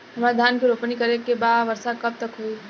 हमरा धान के रोपनी करे के बा वर्षा कब तक होई?